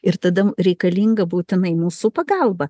ir tada m reikalinga būtinai mūsų pagalba